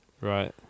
Right